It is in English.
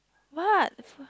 but